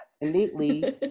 innately